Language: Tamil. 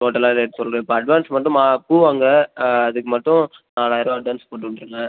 டோட்டலாக ரேட் சொல்கிறோம் இப்போ அட்வான்ஸ் மட்டும் ம பூ வாங்க அதுக்கு மட்டும் நாலாயர ரூபா அட்வான்ஸ் போட்டு விட்ருங்க